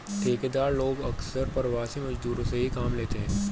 ठेकेदार लोग अक्सर प्रवासी मजदूरों से ही काम लेते हैं